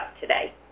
today